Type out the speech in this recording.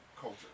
culture